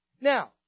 Now